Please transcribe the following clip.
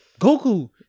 Goku